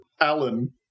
Alan